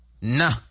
nah